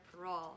parole